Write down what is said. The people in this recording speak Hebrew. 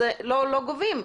אז לא גובים.